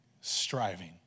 striving